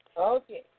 Okay